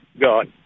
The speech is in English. God